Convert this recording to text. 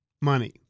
money